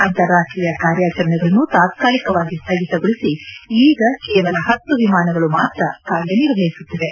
ಅಂತಾರಾಷ್ಟೀಯ ಕಾರ್ಯಾಚರಣೆಗಳನ್ನು ತಾತ್ಕಾಲಿಕವಾಗಿ ಸ್ವಗಿತಗೊಳಿಸಿ ಈಗ ಕೇವಲ ಹತ್ತು ವಿಮಾನಗಳು ಮಾತ್ರ ಕಾರ್ಯ ನಿರ್ವಹಿಸುತ್ತಿವೆ